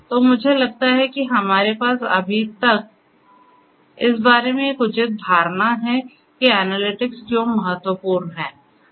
तो मुझे लगता है कि हमारे पास अभी तक इस बारे में एक उचित धारणा है कि एनालिटिक्स क्यों महत्वपूर्ण है